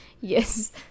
Yes